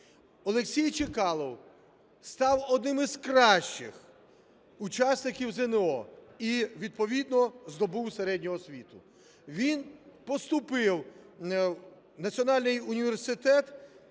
Олексій Чекалов став одним із кращих учасників ЗНО і відповідно здобув середню освіту. Він поступив в Національний університет